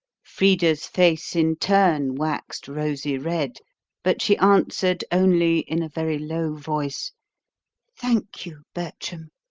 frida's face in turn waxed rosy red but she answered only in a very low voice thank you, bertram.